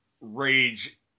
rage